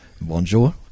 Bonjour